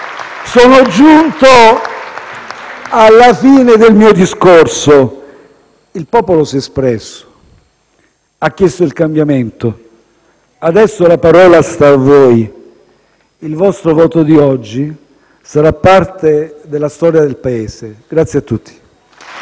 Sono giunto alla fine del mio discorso. Il popolo si è espresso, ha chiesto il cambiamento. Adesso la parola sta a voi: il vostro voto di oggi sarà parte della storia del Paese. Grazie a tutti.